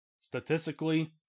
Statistically